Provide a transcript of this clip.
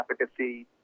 efficacy